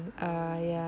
oh